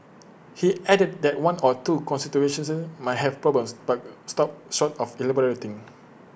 he added that one or two constituencies might have problems but stopped short of elaborating